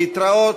להתראות.